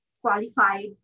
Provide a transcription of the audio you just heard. qualified